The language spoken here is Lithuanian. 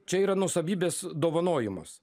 čia yra nuosavybės dovanojimas